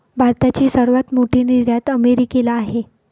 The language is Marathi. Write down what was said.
भारताची सर्वात मोठी निर्यात अमेरिकेला आहे